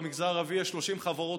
במגזר הערבי יש 30 חברות,